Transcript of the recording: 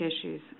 issues